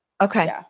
Okay